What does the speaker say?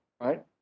right